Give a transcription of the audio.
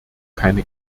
keine